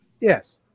Yes